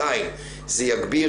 לצערי,